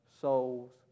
souls